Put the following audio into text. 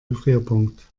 gefrierpunkt